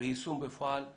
ויישום בפועל לחוד,